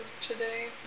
today